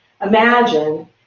imagine